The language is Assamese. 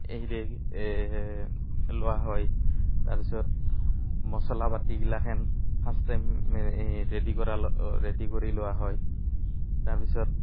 লোৱা হয় তাৰপিছত মছলাপাতি গিলাখেন ফাৰ্ষ্ট টাইম ৰেডি কৰা ৰেডি কৰি লোৱা হয় তাৰপিছত